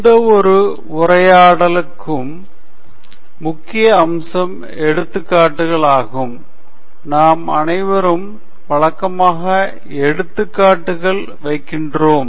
எந்தவொரு உரையாடலுக்கும் முக்கிய அம்சம் எடுத்துக்காட்டுகள் ஆகும் நாம் அனைவரும் வழக்கமாக எடுத்துக்காட்டுகள் வைக்கிறோம்